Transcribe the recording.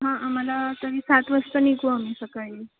हां आम्हाला तरी सात वाजता निघू आम्ही सकाळी